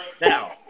Now